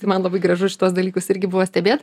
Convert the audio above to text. tai man labai gražu šituos dalykus irgi buvo stebėt